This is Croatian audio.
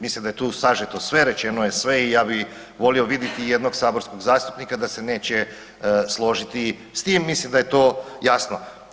Mislim da je tu sažeto sve, rečeno je sve i ja bi volio viditi ijednog saborskog zastupnika da se neće složiti s tim, mislim da je to jasno.